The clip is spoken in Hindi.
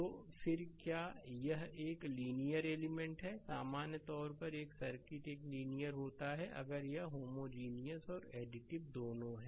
तो फिर क्या यह एक लीनियर एलिमेंट है सामान्य तौर पर एक सर्किट एक लीनियर होता है अगर यह होमोजीनियस और एडिटिव दोनों है